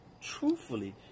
Truthfully